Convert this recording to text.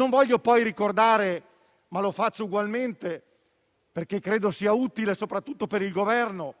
Non vorrei poi ricordare - ma lo faccio ugualmente, perché credo sia utile soprattutto per il Governo